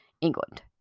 England